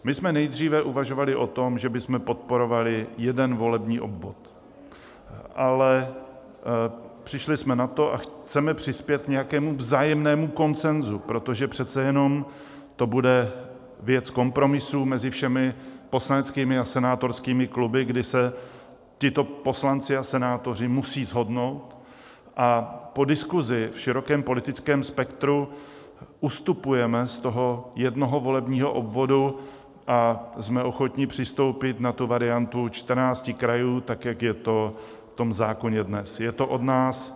My jsme nejdříve uvažovali o tom, že bychom podporovali jeden volební obvod, ale přišli jsme na to a chceme přispět k nějakému vzájemnému konsenzu, protože přece jenom to bude věc kompromisů mezi všemi poslaneckými a senátorskými kluby, kdy se tito poslanci a senátoři musí shodnout a po diskuzi v širokém politickém spektru ustupujeme z jednoho volebního obvodu a jsme ochotni přistoupit na variantu 14 krajů, jak je to v tom zákoně dnes.